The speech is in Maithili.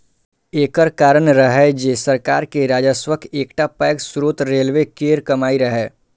एकर कारण रहै जे सरकार के राजस्वक एकटा पैघ स्रोत रेलवे केर कमाइ रहै